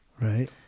Right